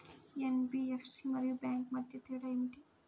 NBFC మరియు bank మధ్య తేడా ఏమిటీ?